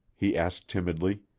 he asked timidly.